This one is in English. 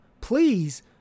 please